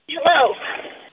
Hello